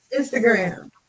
Instagram